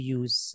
use